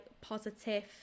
positive